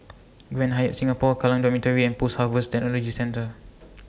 Grand Hyatt Singapore Kallang Dormitory and Post Harvest Technology Centre